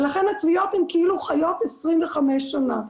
ולכן התביעות כאילו חיות 25 שנה.